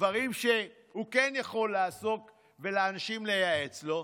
דברים שהוא כן יכול לעשות ולאנשים לייעץ לו,